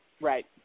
Right